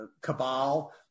cabal